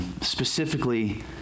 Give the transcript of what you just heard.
specifically